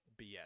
BS